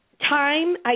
Time